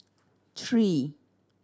three